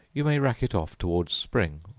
you may rack it off towards spring,